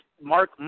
Mark